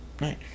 Right